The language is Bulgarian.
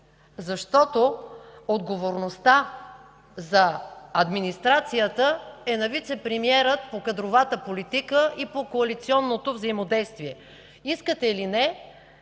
защото отговорността за администрацията е на вицепремиера по кадровата политика и по коалиционното взаимодействие. Искате или не,